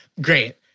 Great